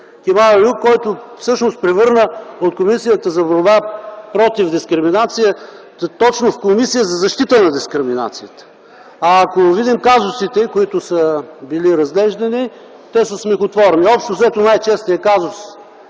Кеман Еюп, който всъщност превърна Комисията за борба против дискриминация точно в Комисия за защита на дискриминацията. Ако видим казусите, които са били разглеждани, те са смехотворни. Общо взето най-честият казус,